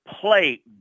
play